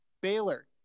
Baylor